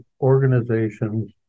organizations